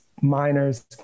miners